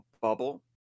bubble